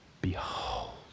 Behold